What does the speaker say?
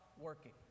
working